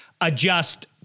adjust